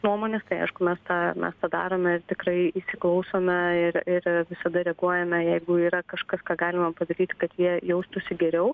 nuomonės tai aišku mes tą mes tą darome ir tikrai įsiklausome ir ir visada reaguojame jeigu yra kažkas ką galima padaryti kad jie jaustųsi geriau